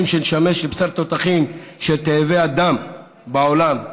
שנשמש בשר תותחים של תאבי הדם בעולם,